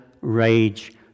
rage